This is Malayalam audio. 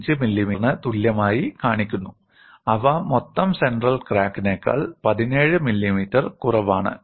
5 മില്ലിമീറ്ററിന് തുല്യമായി കാണിക്കുന്നു അവ മൊത്തം സെൻട്രൽ ക്രാക്കിനേക്കാൾ 17 മില്ലിമീറ്റർ കുറവാണ്